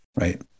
right